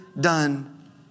done